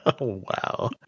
Wow